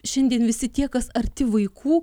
šiandien visi tie kas arti vaikų